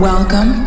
Welcome